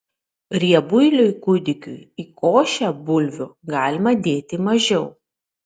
riebuiliui kūdikiui į košę bulvių galima dėti mažiau